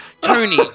Tony